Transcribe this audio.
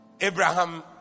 Abraham